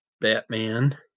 Batman